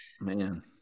Man